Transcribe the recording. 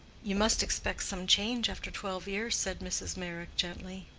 you must expect some change after twelve years, said mrs. meyrick, gently.